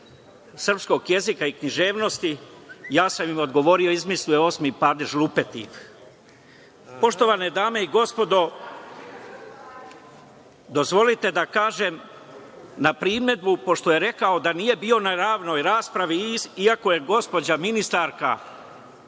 srpskog jezika i književnosti, ja sam im odgovorio da je izmislio osmi padež lupetiv. Poštovane dame i gospodo, dozvolite da kažem na primedbu, pošto je rekao da nije bio na javnoj raspravi, iako je gospođa ministarka